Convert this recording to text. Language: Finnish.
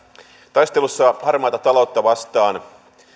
taistelussa harmaata taloutta vastaan